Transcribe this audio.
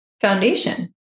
foundation